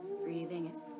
Breathing